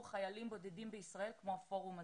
חיילים בודדים בישראל כמו הפורום הזה.